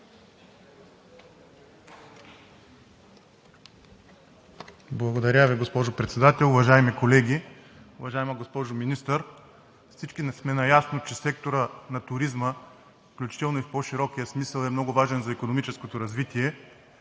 Благодаря Ви, госпожо Председател. Уважаеми колеги! Уважаема госпожо Министър, всички сме наясно, че секторът на туризма, включително и в по-широкия смисъл, е много важен за икономическото развитие,